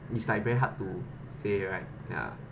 is like very hard to say right ya